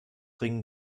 ringen